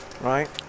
Right